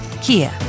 kia